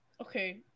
Okay